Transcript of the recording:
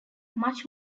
much